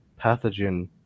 pathogen